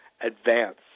advance